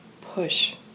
push